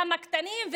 גם הקטנים,